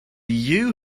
you